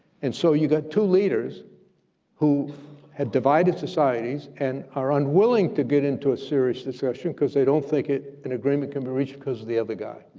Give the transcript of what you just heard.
and so you got two leaders who had divided societies and are unwilling to get into a serious discussion cause they don't think an agreement can be reached cause of the other guy.